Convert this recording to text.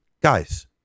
guys